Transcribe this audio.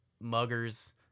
muggers